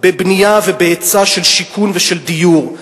בבנייה ובהיצע של שיכון ושל דיור.